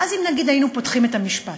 ואז אם היינו פותחים את המשפט,